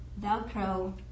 Velcro